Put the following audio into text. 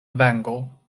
vango